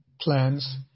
plans